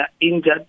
injured